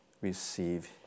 receive